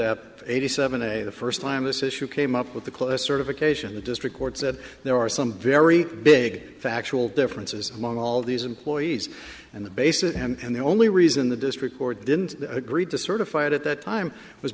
p eighty seven a the first time this issue came up with the close certification the district court said there are some very big factual differences among all these employees and the basis and the only reason the district court didn't agree to certify it at that time was